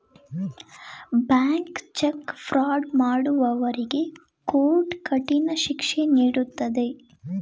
bank cheque fraud ಮಾಡುವವರಿಗೆ court ಕಠಿಣ ಶಿಕ್ಷೆ ನೀಡುತ್ತದೆ